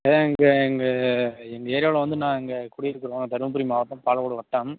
ஐயா இங்கே இங்கே எங்கள் ஏரியாவில் வந்து நாங்கள் குடியிருக்கிறோம் தருமபுரி மாவட்டம் பாலக்கோடு வட்டம்